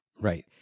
right